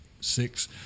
six